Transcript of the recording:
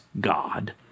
God